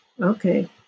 okay